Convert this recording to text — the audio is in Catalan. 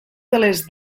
les